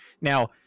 Now